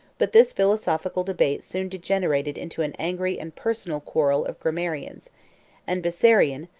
but this philosophical debate soon degenerated into an angry and personal quarrel of grammarians and bessarion,